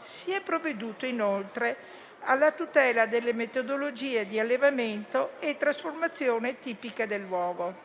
Si è provveduto, inoltre, alla tutela delle metodologie di allevamento e trasformazione tipica del luogo.